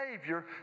Savior